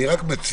אני רק מציע,